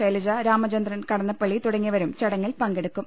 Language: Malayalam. ശൈ ലജ രാമചന്ദ്രൻ കടന്നപ്പള്ളി തുടങ്ങിയവരും ചടങ്ങിൽ പങ്കെടുക്കും